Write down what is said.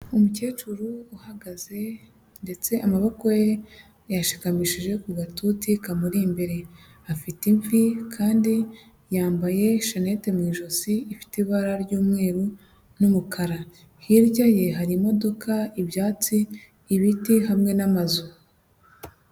Umukecuru uhagaze ndetse amaboko ye yayashikamishije ku gatuti kamuri imbere, afite imvi kandi yambaye shanete mu ijosi ifite ibara ry'umweru n'umukara, hirya ye hari imodoka, ibyatsi, ibiti hamwe n'amazu.